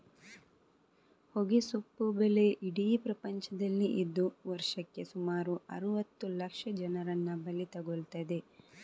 ಹೊಗೆಸೊಪ್ಪು ಬೆಳೆ ಇಡೀ ಪ್ರಪಂಚದಲ್ಲಿ ಇದ್ದು ವರ್ಷಕ್ಕೆ ಸುಮಾರು ಅರುವತ್ತು ಲಕ್ಷ ಜನರನ್ನ ಬಲಿ ತಗೊಳ್ತದೆ